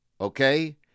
okay